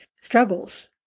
struggles